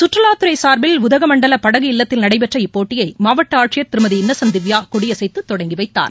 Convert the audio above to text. கற்றுவாத்துறை சார்பில் உதகமண்டல படகு இல்லத்தில் நடைபெற்ற இப்போட்டியை மாவட்ட ஆட்சியர் திருமதி இன்னசெண்ட் திவ்யா கொடியசைத்து தொடங்கிவைத்தார்